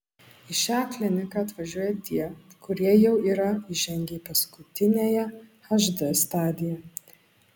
į šią kliniką atvažiuoja tie kurie jau yra įžengę į paskutiniąją hd stadiją